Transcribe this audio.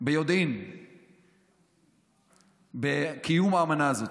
ביודעין בקיום האמנה הזאת.